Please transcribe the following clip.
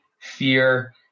fear